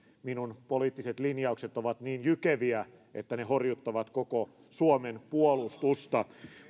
minun poliittiset linjaukseni ovat niin jykeviä että ne horjuttavat koko suomen puolustusta